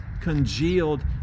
congealed